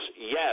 yes